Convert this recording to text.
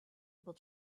able